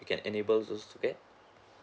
you can enable us to get